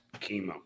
chemo